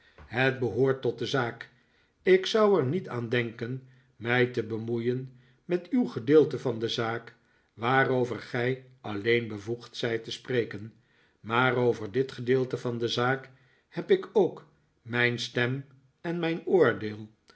het behoort tot de zaak ik zou er niet aan denken mij te bemoeien met uw gedeelte van de zaak waarover gij alleen bevoegd zijt te spreken maar over dit gedeelte van de zaak heb ik ook mij n stem en mijn oordeel